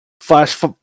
Flash